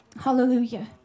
hallelujah